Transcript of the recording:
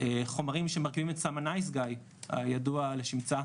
חומרים שמרכיבים את סם הנייס גאי הידוע לשמצה